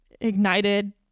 ignited